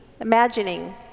imagining